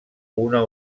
una